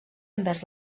envers